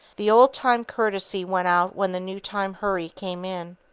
the old-time courtesy went out when the new-time hurry came in.